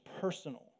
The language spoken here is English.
personal